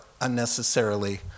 unnecessarily